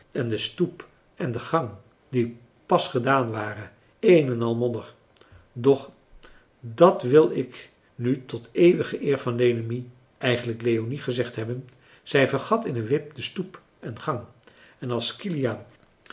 en de stoep en de gang die pas gedaan waren een en al modder doch dàt wil ik nu tot eeuwige eer van lenemie eigenlijk leonie gezegd hebben zij vergat in een wip stoep en gang en als kiliaan